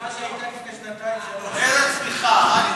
איזו צמיחה?